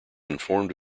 informed